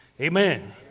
amen